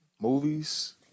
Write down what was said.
movies